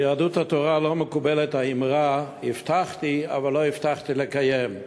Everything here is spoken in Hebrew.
ביהדות התורה לא מקובלת האמרה "הבטחתי אבל לא הבטחתי לקיים".